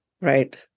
Right